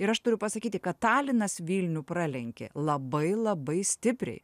ir aš turiu pasakyti kad talinas vilnių pralenkė labai labai stipriai